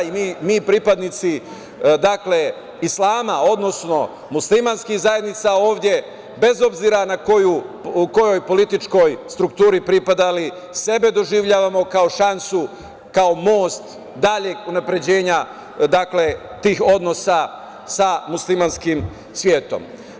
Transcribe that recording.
Mi pripadnici Islama, odnosno muslimanskih zajednica ovde, bez obzira o kojoj političkoj strukturi pripadali sebe doživljavamo kao šansu, kao most daljeg unapređenja tih odnosa sa muslimanskim svetom.